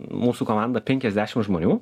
mūsų komanda penkiasdešim žmonių